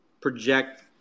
project